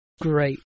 great